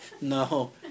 no